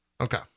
Okay